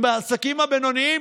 עם העסקים הבינוניים,